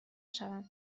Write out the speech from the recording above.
شوم